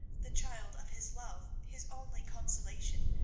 the child of his love, his only consolation,